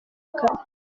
kare